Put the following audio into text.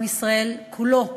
עם ישראל כולו,